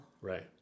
right